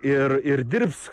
ir ir dirbs